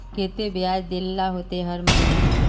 केते बियाज देल ला होते हर महीने?